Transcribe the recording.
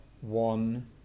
one